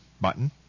button